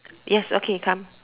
yes okay come